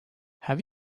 have